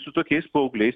su tokiais paaugliais